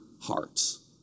hearts